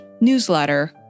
newsletter